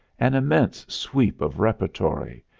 an immense sweep of repertory,